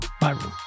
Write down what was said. Bye